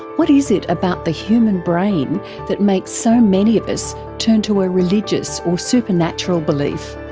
what is it about the human brain that makes so many of us turn to a religious or supernatural belief?